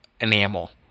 enamel